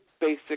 basic